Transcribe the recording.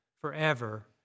forever